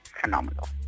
phenomenal